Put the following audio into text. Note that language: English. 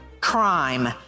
crime